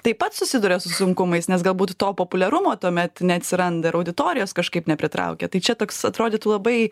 taip pat susiduria su sunkumais nes galbūt to populiarumo tuomet neatsiranda ir auditorijos kažkaip nepritraukia tai čia toks atrodytų labai